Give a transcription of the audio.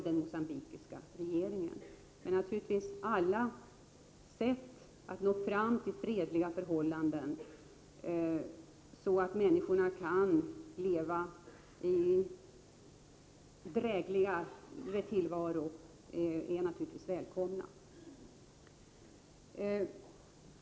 Men alla åtgärder för att nå fram till fredliga förhållanden, så att människorna kan föra en dräglig tillvaro, är naturligtvis välkomna.